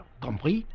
Compris